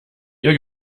ihr